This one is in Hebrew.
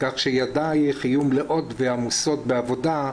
כך שידייך יהיו מלאות ועמוסות בעבודה.